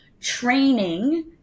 training